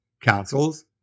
councils